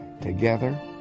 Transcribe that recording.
Together